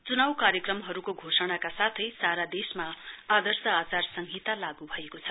च्नाउ कार्यक्रमहरूको घोषणाका साथै सारा देशमा आदर्श आचार संहिता लागू भएको छ